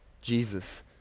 Jesus